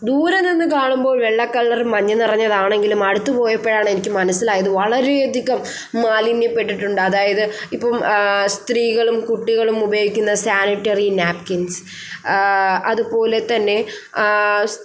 ദൂരെ നിന്ന് കാണുമ്പോൾ വെള്ള കളറ് മഞ്ഞ് നിറഞ്ഞതാണെങ്കിലും അടുത്ത് പോയപ്പോഴാണ് എനിക്ക് മനസ്സിലായത് വളരെ അധികം മാലിന്യപ്പെട്ടിട്ടുണ്ട് അതായത് ഇപ്പം സ്ത്രീകളും കുട്ടികളും ഉപയോഗിക്കുന്ന സാനിറ്ററി നാപ്കിൻസ് അതുപോലെത്തന്നെ